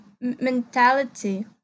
mentality